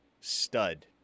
stud